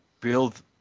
build